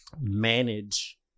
manage